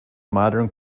modern